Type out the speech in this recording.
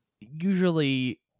usually